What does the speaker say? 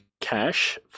cash